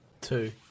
Two